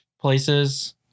places